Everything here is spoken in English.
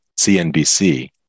cnbc